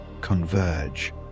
converge